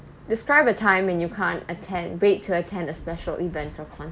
describe a time when you can't attend wait to attend a special event or con~